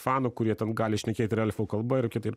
fanų kurie ten gali šnekėt ir elfų kalba ir kitaip